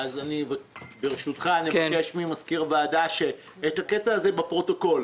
אבקש ממזכיר הוועדה שאת הקטע הזה בפרוטוקול